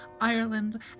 Ireland